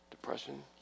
depression